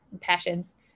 passions